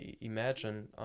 imagine